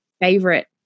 favorite